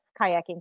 kayaking